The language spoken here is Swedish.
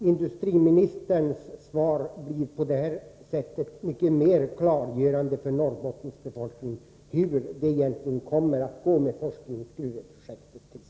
Herr talman! För Norrbottens befolkning blir industriministerns svar därmed mycket mer klargörande i fråga om hur det till sist kommer att gå med forskningsgruveprojektet.